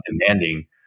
demanding